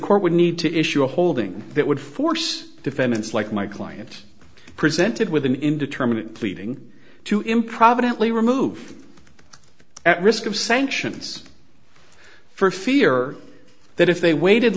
court would need to issue a holding that would force defendants like my client presented with an indeterminant pleading to improvidently remove at risk of sanctions for fear that if they waited